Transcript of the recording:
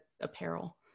apparel